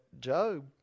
Job